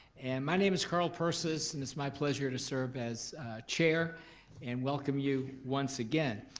and my name is carl persis and it's my pleasure to serve as chair and welcome you once again.